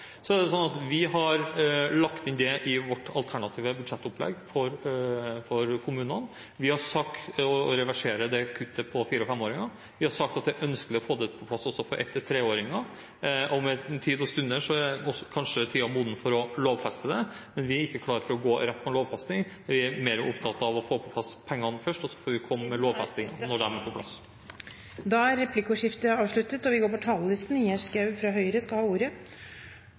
Vi har lagt inn dette i vårt alternative budsjettopplegg for kommunene. Vi har sagt at vi reverserer dette kuttet for fire–femåringer. Vi har sagt at det er ønskelig å få dette på plass for ett–treåringer. Med tid og stunder er kanskje tiden moden for å lovfeste det, men vi er ikke klare for å gå rett på en lovfesting. Vi er mer opptatt av å få på plass pengene først, og så får vi komme med lovfesting når de er på plass. I denne debatten synliggjør vi at komiteen har et stort ansvarsområde, både gjennom del 1 som vi har hatt, og gjennom det som vi